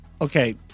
Okay